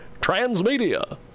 transmedia